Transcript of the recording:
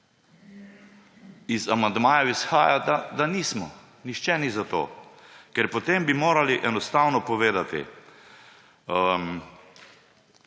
Iz amandmajev izhaja, da nismo. Nihče ni za to. Ker potem bi morali natančno povedati,